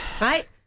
Right